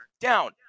down